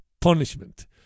punishment